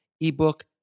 ebook